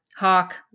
Hawk